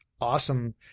awesome